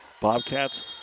Bobcats